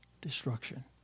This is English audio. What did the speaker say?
destruction